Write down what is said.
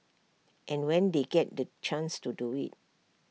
and when they get the chance to do IT